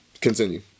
continue